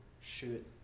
shoot